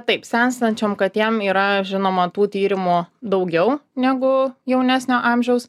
taip senstančiom katėm yra žinoma tų tyrimų daugiau negu jaunesnio amžiaus